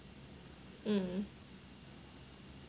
mm